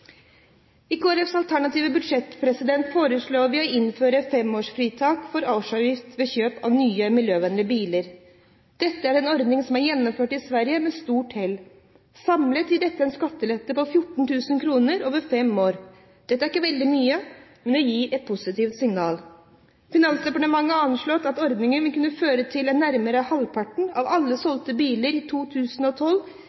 Kristelig Folkepartis alternative budsjett foreslår vi å innføre fem års fritak for årsavgift ved kjøp av nye, miljøvennlige biler. Dette er en ordning som er gjennomført i Sverige med stort hell. Samlet gir dette en skattelette på 14 000 kr over fem år. Det er ikke veldig mye, men det gir et positivt signal. Finansdepartementet har anslått at ordningen kunne ført til at nærmere halvparten av alle